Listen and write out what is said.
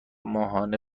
ماهانه